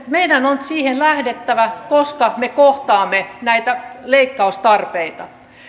meidän on nyt lähdettävä koska me kohtaamme näitä leikkaustarpeita